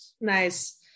nice